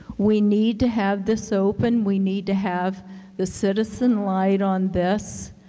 we need to have this open, we need to have the citizen light on this,